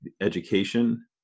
education